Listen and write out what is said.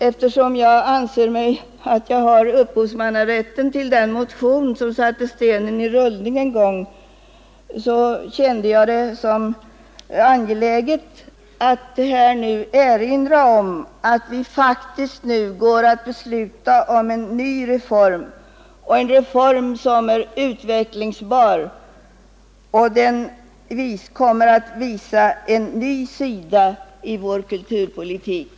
Eftersom jag, herr talman, anser mig ha upphovsmannarätten till den motion som satte stenen i rullning en gång, kände jag det som angeläget att här erinra om att vi faktiskt nu går att besluta om en ny reform, en reform som är utvecklingsbar och som kommer att visa en ny sida av vår kulturpolitik.